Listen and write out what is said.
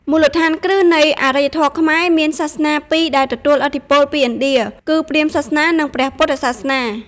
មូលដ្ឋានគ្រឹះនៃអរិយធម៌ខ្មែរមានសាសនាពីរដែលទទួលឥទ្ធិពលពីឥណ្ឌា គឺព្រាហ្មណ៍សាសនា និងព្រះពុទ្ធសាសនា។